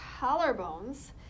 collarbones